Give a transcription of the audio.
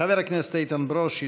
חבר הכנסת איתן ברושי,